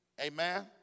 Amen